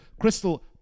Crystal